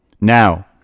Now